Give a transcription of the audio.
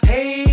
Hey